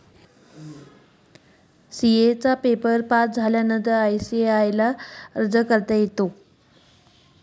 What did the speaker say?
CA ना paper pass होवानंतर ICAI ले भी अर्ज करता येस